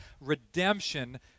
redemption